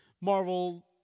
Marvel